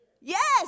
Yes